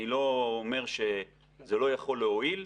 אני לא אומר שזה לא יכול להועיל,